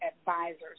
advisors